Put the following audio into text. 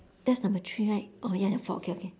that's number three right oh ya four okay okay